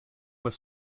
was